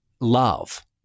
love